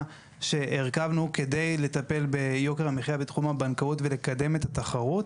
שהרכבנו כדי לטפל ביוקר המחיה בתחום הבנקאות ולקדם את התחרות.